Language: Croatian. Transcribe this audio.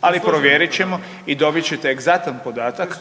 Ali, provjerit ćemo i dobit ćete egzaktan podatak